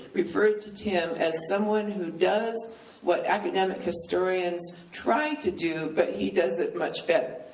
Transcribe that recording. referred to tim as someone who does what academic historians try to do, but he does it much better.